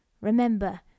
remember